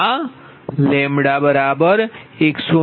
આ 109